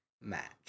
match